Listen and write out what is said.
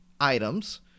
items